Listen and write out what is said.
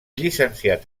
llicenciat